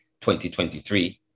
2023